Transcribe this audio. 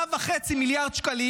3.5 מיליארד שקלים,